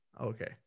Okay